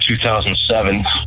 2007